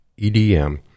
EDM